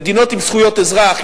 מדינות עם זכויות אזרח,